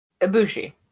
Ibushi